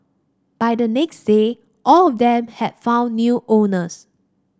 by the next day all of them had found new owners